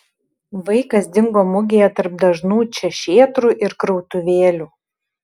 vaikas dingo mugėje tarp dažnų čia šėtrų ir krautuvėlių